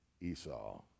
Esau